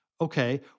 Okay